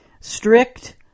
strict